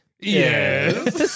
Yes